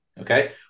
okay